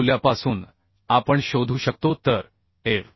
मूल्यापासून आपण शोधू शकतो तर एफ